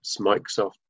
Microsoft